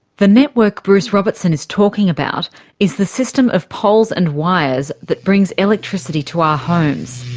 the network bruce robertson is talking about is the system of poles and wires that brings electricity to our homes.